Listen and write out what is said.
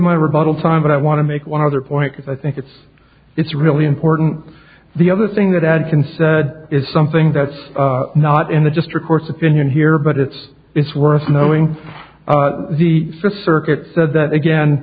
rebuttal time but i want to make one other point that i think it's it's really important the other thing that ad can said is something that's not in the district court's opinion here but it's it's worth knowing the first circuit said that again